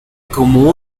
como